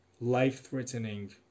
life-threatening